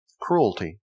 cruelty